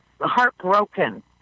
heartbroken